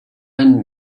hand